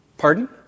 Pardon